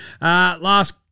last